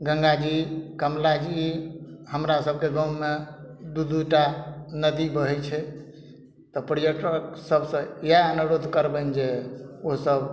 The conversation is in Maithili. गङ्गाजी कमलाजी हमरा सबके गाँवमे दू दू टा नदी बहै छै तऽ पर्यटक सबसे इहए अनुरोध करबनि जे ओ सब